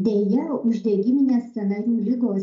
deja uždegiminės sąnarių ligos